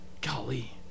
Golly